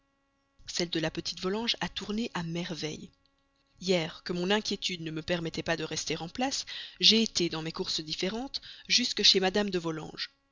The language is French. celle de la petite volanges a tourné à merveille hier que mon inquiétude ne me permettait pas de rester en place j'ai été dans mes courses différentes jusques chez mme de